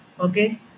okay